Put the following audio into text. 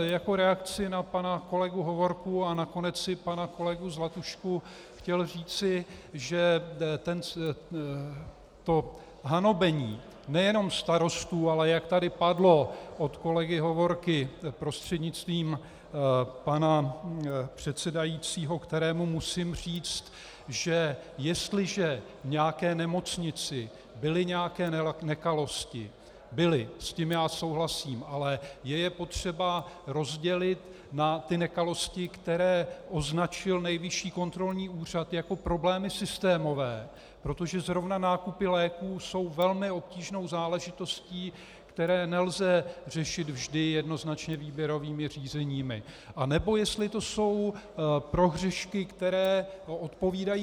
Jako reakci na pana kolegu Hovorku a nakonec i na pana kolegu Zlatušku jsem chtěl říci, že hanobení nejenom starostů, ale jak tady padlo od kolegy Hovorky, prostřednictvím pana předsedajícího, kterému musím říct, že jestliže v nějaké nemocnici byly nějaké nekalosti byly, s tím já souhlasím ale je potřeba je rozdělit na nekalosti, které označil Nejvyšší kontrolní úřad jako problémy systémové, protože zrovna nákupy léků jsou velmi obtížnou záležitostí, které nelze řešit vždy jednoznačně výběrovými řízeními, anebo jestli to jsou prohřešky, které odpovídají kriminální činnosti.